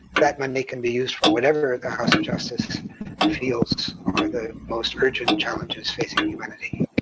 that money can be used for whatever the house of justice feels are the most urgent challenges facing humanity.